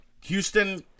Houston